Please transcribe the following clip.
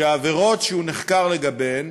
שהעבירות שהוא נחקר לגביהן